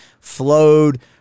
flowed